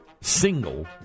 single